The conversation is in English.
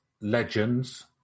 Legends